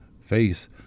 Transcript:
face